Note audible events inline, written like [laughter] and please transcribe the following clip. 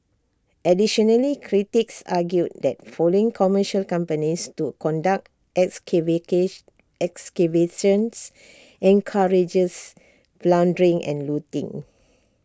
additionally critics argued that following commercial companies to conduct [unintelligible] excavations encourages plundering and looting